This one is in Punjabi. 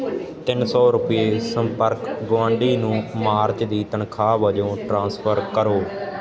ਤਿੰਨ ਸੌ ਰੁਪਏ ਸੰਪਰਕ ਗੁਆਂਢੀ ਨੂੰ ਮਾਰਚ ਦੀ ਤਨਖਾਹ ਵਜੋਂ ਟ੍ਰਾਂਸਫਰ ਕਰੋ